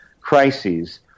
crises